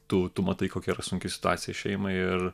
tu tu matai kokia yra sunki situacija šeimai ir